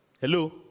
Hello